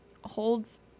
holds